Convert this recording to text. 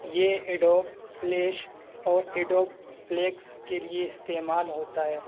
یہ Adobe Flash اور Adobe Flex کے لیے استعمال ہوتا ہے